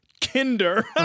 Kinder